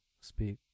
speak